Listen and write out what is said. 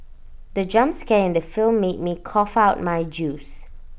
the jump scare in the film made me cough out my juice